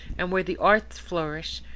and where the arts flourish,